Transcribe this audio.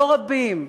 לא רבים.